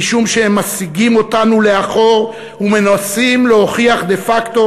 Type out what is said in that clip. משום שהם מסיגים אותנו לאחור ומנסים להוכיח דה-פקטו